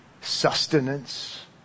sustenance